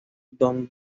don